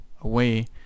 away